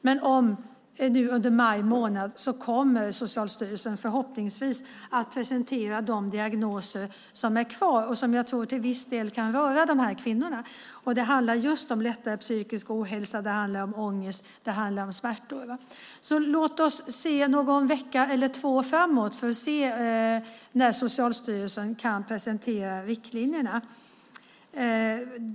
Men under maj månad kommer Socialstyrelsen nu förhoppningsvis att presentera de diagnoser som är kvar och som jag tror till viss del kan röra de här kvinnorna. Det handlar just om lättare psykisk ohälsa, ångest och smärtor. Låt oss därför se någon vecka eller två framåt när Socialstyrelsen kan presentera riktlinjerna.